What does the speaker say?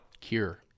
Cure